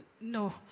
no